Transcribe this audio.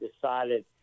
decided